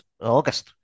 august